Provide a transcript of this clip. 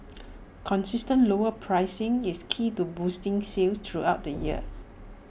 consistent lower pricing is key to boosting sales throughout the year